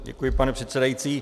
Děkuji, pane předsedající.